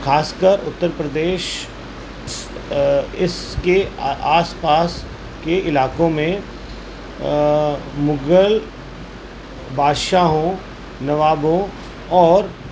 خاص کر اتر پردیش اس اس کے آس پاس کے علاقوں میں مغل بادشاہوں نوابوں اور